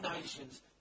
nations